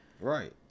Right